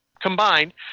combined